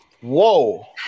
Whoa